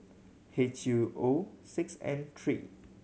H U O six N three